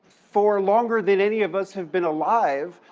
for longer than any of us have been alive,